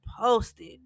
posted